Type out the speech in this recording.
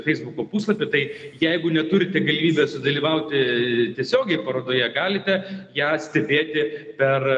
feisbuko puslapį tai jeigu neturite galimybės dalyvauti tiesiogiai parodoje galite ją stebėti per